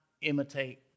imitate